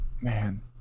Man